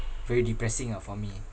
very depressing ah for me